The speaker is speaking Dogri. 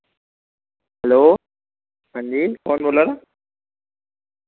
हैल्लो हांजी कौन बोल्ला दा